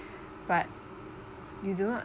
but you don't